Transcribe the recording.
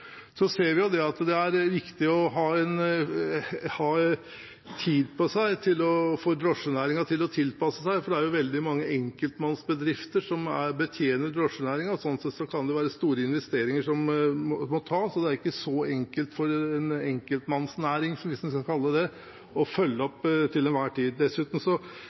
Så ser vi at det er viktig for drosjenæringen å ha tid til å tilpasse seg, for det er veldig mange enkeltpersonbedrifter som betjener drosjenæringen, og sånn sett kan det være store investeringer som må tas. Det er ikke så enkelt for en enkeltpersonnæring, hvis man kan kalle den det, å følge opp til enhver tid. Dessuten